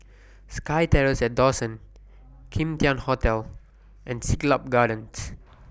SkyTerrace At Dawson Kim Tian Hotel and Siglap Gardens